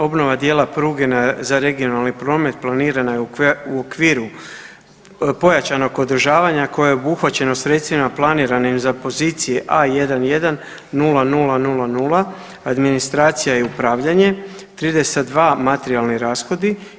Obnova dijela pruge na, za regionalni promet planirana je u okviru pojačanog održavanja koje je obuhvaćeno sredstvima planiranim za pozicije A110000 administracija i upravljanje 32 materijalni rashodi.